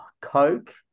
Coke